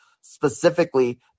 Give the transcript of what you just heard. specifically